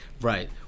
Right